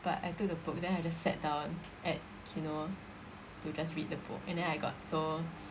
but I took the book then I just sat down at Kino to just read the book and then I got so